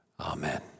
Amen